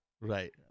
right